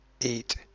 Eight